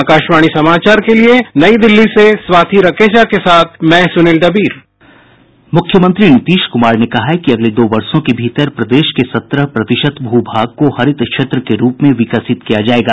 आकाशवाणी समाचार के लिए नई दिल्ली से स्वाति रकेजा के साथ मै सुनील डब्बीर मुख्मयंत्री नीतीश कुमार ने कहा है कि अगले दो वर्षों के भीतर प्रदेश के सत्रह प्रतिशत भूभाग को हरित क्षेत्र के रूप में विकसित किया जायेगा